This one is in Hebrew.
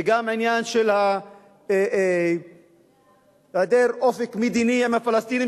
וגם העניין של היעדר אופק מדיני עם הפלסטינים,